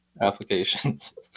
applications